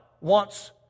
wants